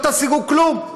לא תשיגו כלום.